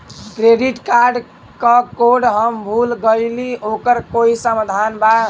Credit card क code हम भूल गइली ओकर कोई समाधान बा?